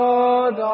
God